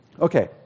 Okay